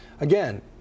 Again